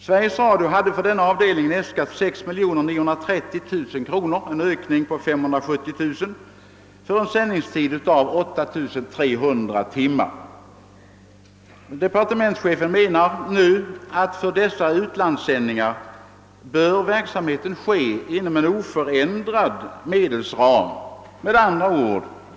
Sveriges Radio har för denna avdelning äskat 6 930 000 kronor, en ökning på 570 000 kronor för en sändningstid av 8300 timmar. Departementschefen menar, att för dessa utlandssändningar bör verksamheten bedrivas inom en oförändrad medelsram.